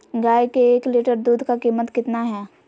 गाय के एक लीटर दूध का कीमत कितना है?